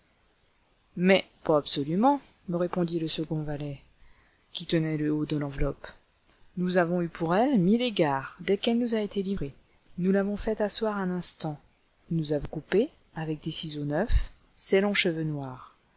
mais pas absolument me répondit le second valet qui tenait le haut de l'enveloppe nous avons eu pour elle mille égards dès qu'elle nous a été livrée nous l'avons fait asseoir un instant nous avons coupé avec des ciseaux neufs ses longs cheveux noirs